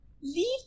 Leave